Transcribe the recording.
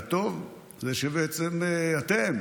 והטוב זה שבעצם אתם,